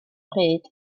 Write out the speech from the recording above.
pryd